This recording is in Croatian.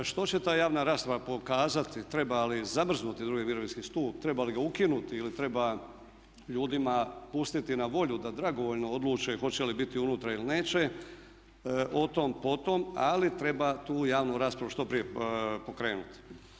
Što će ta javna rasprava pokazati treba li zamrznuti drugi mirovinski stup, treba li ga ukinuti ili treba ljudima pustiti na volju da dragovoljno odluče hoće li biti unutra ili neće, otom potom, ali treba tu javnu raspravu što prije pokrenuti.